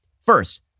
First